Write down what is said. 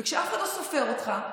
וכשאף אחד לא סופר אותך,